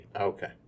Okay